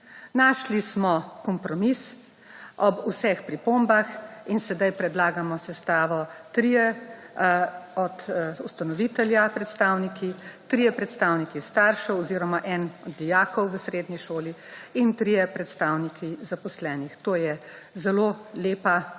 Našli smo kompromis, ob vseh pripombah, in zdaj predlagamo sestavo: trije predstavniki ustanovitelja, trije predstavniki staršev oziroma eden dijakov v srednji šoli in trije predstavniki zaposlenih. To je zelo lepa **2.